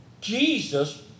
Jesus